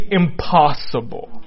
impossible